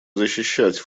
защищать